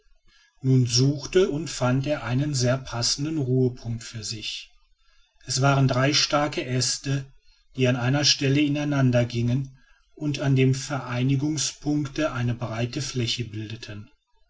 nun suchte und fand er einen sehr passenden ruhepunkt für sich es waren drei starke äste die an einer stelle ineinander gingen und an dem vereinigungspunkte eine breite fläche bildeten